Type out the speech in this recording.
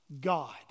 God